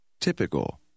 Typical